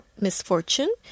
misfortune